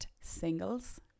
singles